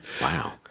Wow